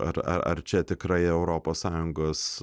ar ar čia tikrąja europos sąjungos